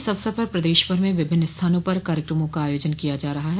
इस अवसर पर प्रदेश भर में विभिन्न स्थानों पर कार्यक्रमों का आयोजन किया जा रहा है